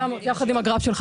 1,800, יחד עם הבנק שלך.